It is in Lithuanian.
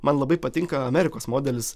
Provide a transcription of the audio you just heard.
man labai patinka amerikos modelis